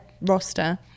roster